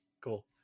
Cool